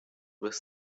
with